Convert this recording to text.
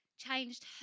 changed